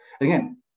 again